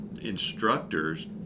instructor's